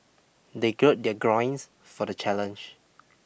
they gird their groins for the challenge